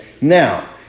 now